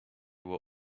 were